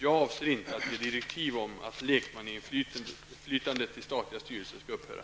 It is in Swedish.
Jag avser inte att ge direktiv om att lekmannainflytandet i statliga styrelser skall upphöra.